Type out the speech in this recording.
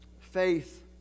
faith